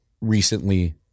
recently